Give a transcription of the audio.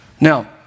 Now